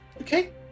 Okay